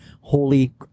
holy